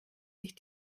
sich